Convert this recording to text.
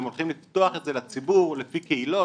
הם הולכים לפתוח את זה לציבור לפי קהילות,